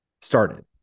started